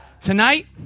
Tonight